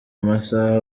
amasaha